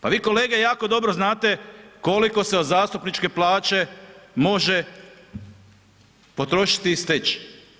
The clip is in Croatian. Pa vi kolege jako dobro znate koliko se od zastupničke plaće može potrošiti i steći.